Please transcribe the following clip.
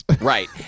Right